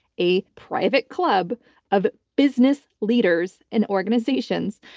a private club of business leaders and organizations.